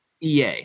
EA